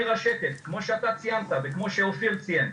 כמו שאתה ציינת וכמו שאופיר ציין,